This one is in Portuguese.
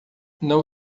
não